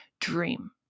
dream